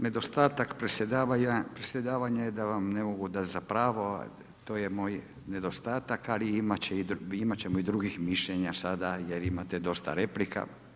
Nedostatak predsjedavanja, da vam ne mogu dati za pravo, to je moj nedostatak, ali imati ćemo i drugih mišljenja sada, jer imate dosta replika.